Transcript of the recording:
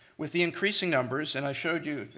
with the increasing numbers, and i showed you,